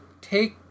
take